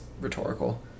rhetorical